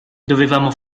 dovevamo